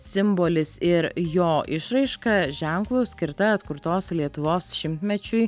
simbolis ir jo išraiška ženklus skirta atkurtos lietuvos šimtmečiui